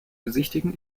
besichtigen